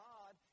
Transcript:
God